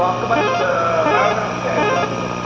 तो आपके पास बायोडाटा क्या है सर आपके पास